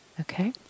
okay